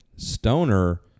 Stoner